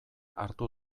hartu